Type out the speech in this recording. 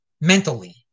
mentally